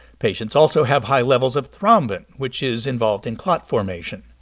patients also have high levels of thrombin, which is involved in clot formation.